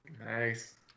Nice